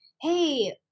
Hey